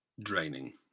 draining